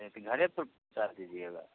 एत घरे दीजिएगा